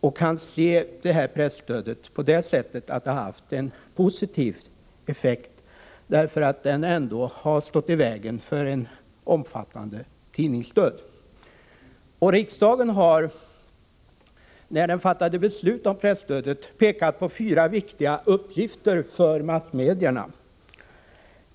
och finner att presstödet har haft en positiv effekt, eftersom det ändå har stått i vägen för en omfattande tidningsdöd. När riksdagen fattade beslut om presstödet pekade den på fyra viktiga uppgifter för massmedierna.